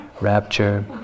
rapture